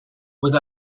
with